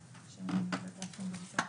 בוא תספר לנו קצת מה קורה בקהילה בתוך קופות החולים,